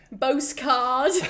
Postcard